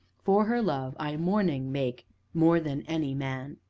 for her love, i mourning make more than any man!